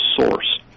source